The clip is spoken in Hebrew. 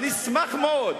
אשמח מאוד.